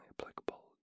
applicable